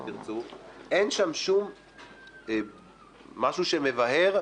זו פעם ראשונה שאנחנו שומעים על זה.